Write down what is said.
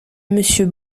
monsieur